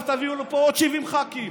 עכשיו תביאו לפה עוד 70 ח"כים,